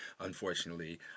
unfortunately